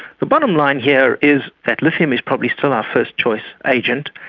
the bottom line here is that lithium is probably still our first-choice agent,